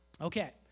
Okay